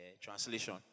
translation